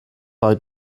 bei